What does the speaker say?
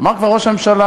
אמר כבר ראש הממשלה,